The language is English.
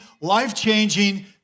life-changing